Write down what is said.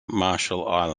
marshall